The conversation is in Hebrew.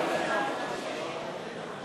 אי-אמון בממשלה לא נתקבלה.